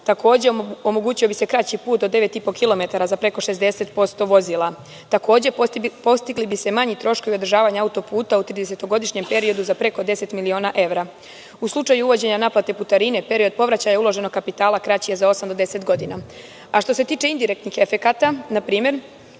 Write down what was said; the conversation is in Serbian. toga. Takođe, omogućio bi se kraći put od 9,5 km za preko 60% vozila. Takođe postigli bi se manji troškovi održavanja auto-puta u tridesetogodišnjem periodu za preko 10 miliona evra. U slučaju uvođenja naplate putarine, period povraćaja uloženog kapitala kraći je za osam do deset godina. Što se tiče indirektnih efekata npr,